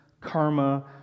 karma